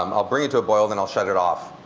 um i'll bring it to a boil then i'll shut it off.